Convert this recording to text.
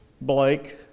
Blake